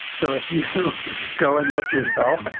so if you go and look yourself,